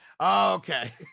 Okay